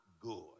good